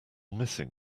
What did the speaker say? missing